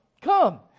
Come